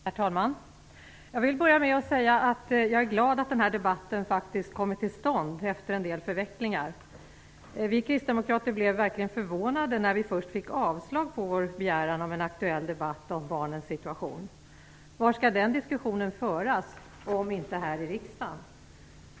Herr talman! Jag vill börja med att säga att jag är glad att denna debatt faktiskt kommit till stånd efter en del förvecklingar. Vi kristdemokrater blev verkligen förvånade när vi först fick avslag på vår begäran om en aktuell debatt om barnens situation. Var skall den diskussionen föras om inte här i riksdagen?